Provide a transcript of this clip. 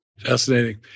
Fascinating